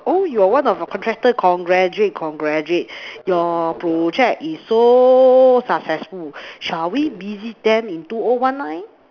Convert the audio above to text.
oh you one of the contractors congratulate congratulate you to check is so successful should we busy then in two or one nine